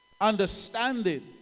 understanding